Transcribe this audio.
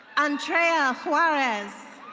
andrea juarez.